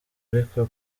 ariko